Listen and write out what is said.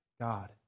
God